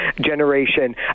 generation